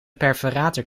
perforator